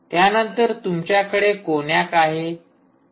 त्यानंतर तुमच्याकडे कोनॅक आहे